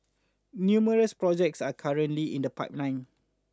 numerous projects are currently in the pipeline